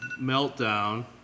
meltdown